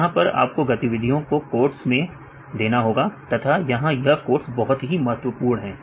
यहां पर आपको गतिविधियों को कोट्स में देना होगा तथा यहां यह कोट्स बहुत महत्वपूर्ण है